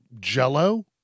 Jello